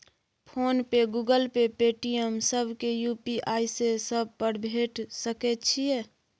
Phone पे, Google Pay, Paytm, सब के UPI से सब पर भेज सके छीयै?